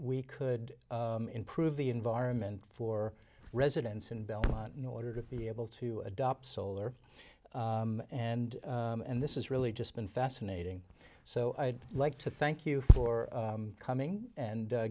we could improve the environment for residents in belmont no order to be able to adopt solar and and this is really just been fascinating so i'd like to thank you for coming and